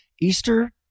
Easter